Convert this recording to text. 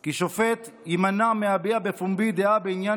כי "שופט יימנע מהביע בפומבי דעה בעניין